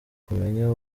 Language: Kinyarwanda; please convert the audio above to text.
kumenya